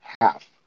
half